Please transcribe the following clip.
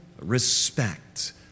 respect